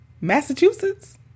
Massachusetts